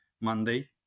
Monday